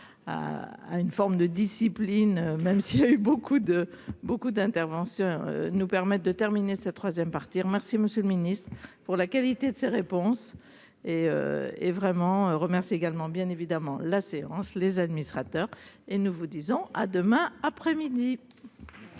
à une forme de discipline, même s'il y a eu beaucoup de beaucoup d'interventions, nous permettent de terminer sa 3ème partir, merci Monsieur le Ministre, pour la qualité de ses réponses et et vraiment remercier également bien évidemment la séance, les administrateurs et nous vous disons à demain après-midi.